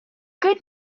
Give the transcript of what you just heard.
good